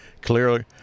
Clearly